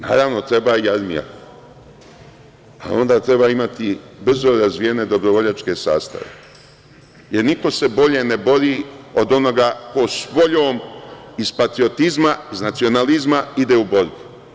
Naravno, treba i armija, pa treba imati brzo razvijene dobrovoljačke sastave, jer niko se bolje ne bori od onoga ko s voljom, iz patriotizma, iz nacionalizma, ide u borbu.